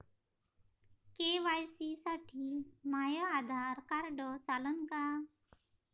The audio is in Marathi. के.वाय.सी साठी माह्य आधार कार्ड चालन का?